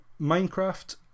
Minecraft